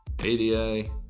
ADA